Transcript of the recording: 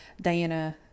Diana